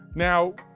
now,